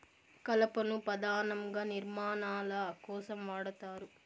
కలపను పధానంగా నిర్మాణాల కోసం వాడతారు